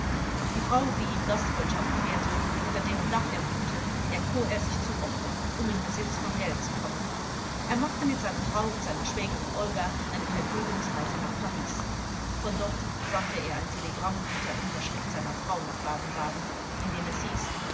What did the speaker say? die frau die ihm gastfreundschaft gewährte unter deren dach er wohnte erkor er sich zum opfer um in besitz von geld zu kommen er machte mit seiner frau und seiner schwägerin olga eine vergnügungsreise nach paris von dort sandte er ein telegramm mit der unterschrift seiner frau nach baden-baden in dem es hieß